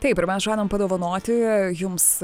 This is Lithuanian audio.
taip ir mes žadam padovanoti jums